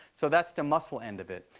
so that's the muscle end of it.